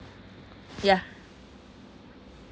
yeah